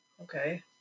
Okay